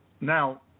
Now